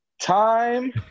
time